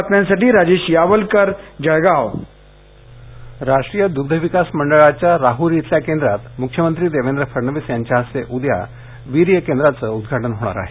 वीर्य केंद्र राष्ट्रीय दुग्ध विकास मंडळाच्या राहुरी इथल्या केंद्रात मुख्यमंत्री देवेंद्र फडणवीस यांच्या हस्ते उद्या वीर्य केंद्राचं उद्घाटन होणार आहे